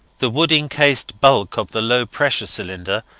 the wood-encased bulk of the low-pressure cylinder,